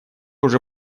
уже